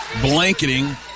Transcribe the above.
blanketing